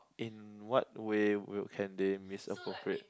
in what way will can they misappropriate